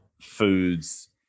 foods